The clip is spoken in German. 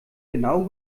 genau